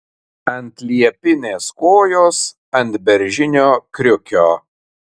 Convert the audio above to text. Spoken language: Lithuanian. ant liepinės kojos ant beržinio kriukio